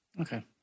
okay